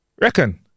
Reckon